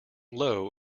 low